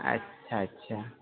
अच्छा अच्छा